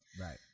Right